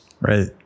right